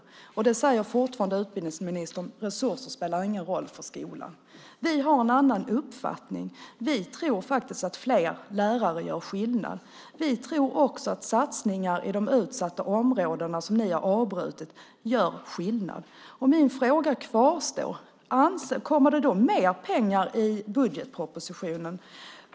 Utbildningsministern säger fortfarande att resurser inte spelar någon roll för skolan. Vi har en annan uppfattning. Vi tror att fler lärare gör skillnad. Vi tror också att satsningar i de utsatta områdena, som ni har avbrutit, gör skillnad. Min fråga kvarstår: Kommer det mer pengar i budgetpropositionen?